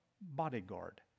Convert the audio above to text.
bodyguard